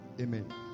Amen